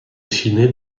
filmé